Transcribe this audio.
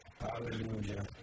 Hallelujah